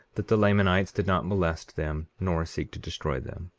that the lamanites did not molest them nor seek to destroy them.